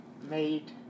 made